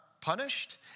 punished